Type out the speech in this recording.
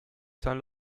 san